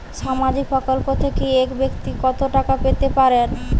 সামাজিক প্রকল্প থেকে এক ব্যাক্তি কত টাকা পেতে পারেন?